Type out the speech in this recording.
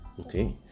Okay